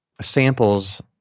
samples